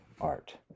art